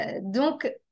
Donc